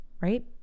right